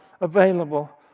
available